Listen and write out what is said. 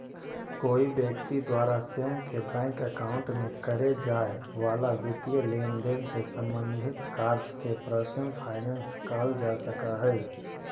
कोई व्यक्ति द्वारा स्वयं के बैंक अकाउंट में करे जाए वाला वित्तीय लेनदेन से संबंधित कार्य के पर्सनल फाइनेंस कहल जा सकऽ हइ